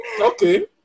Okay